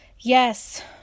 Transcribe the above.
Yes